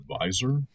advisor